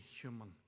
human